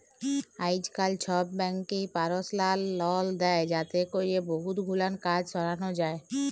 আইজকাল ছব ব্যাংকই পারসলাল লল দেই যাতে ক্যরে বহুত গুলান কাজ সরানো যায়